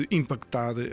impactar